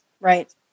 Right